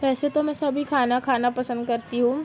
ویسے تو میں سبھی کھانا کھانا پسند کرتی ہوں